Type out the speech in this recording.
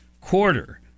quarter